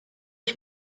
ich